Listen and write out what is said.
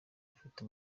afite